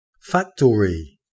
Factory